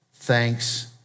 Thanks